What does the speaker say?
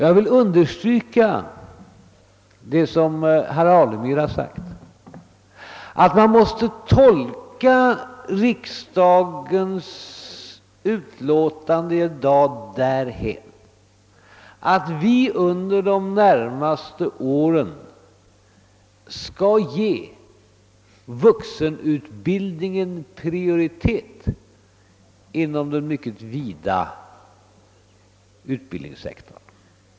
Jag vill understryka herr Alemyrs påpekande att utskottets utlåtande måste tolkas så att vi under de närmaste åren skall ge vuxenutbildningen prioritet inom den mycket vida utbildningssektorn.